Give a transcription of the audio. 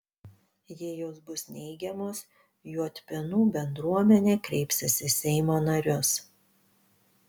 jei jos bus neigiamos juodpėnų bendruomenė kreipsis į seimo narius